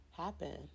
Happen